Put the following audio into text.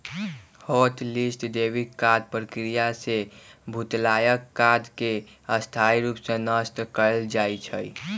hot list debit card प्रक्रिया से भुतलायल कार्ड के स्थाई रूप से नष्ट कएल जाइ छइ